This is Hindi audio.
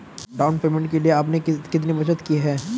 डाउन पेमेंट के लिए आपने कितनी बचत की है?